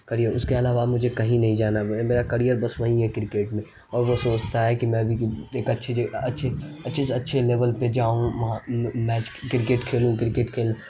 career اس کے علاوہ اب مجھے کہیں نہیں جانا میرا کریئر بس وہیں ہے کرکٹ میں اور وہ سوچتا ہے کہ میں بھی ایک اچھی جگہ اچھی اچھے سے اچھے لیول پہ جاؤں وہاں میچ کرکٹ کھیلوں کرکٹ کھیلوں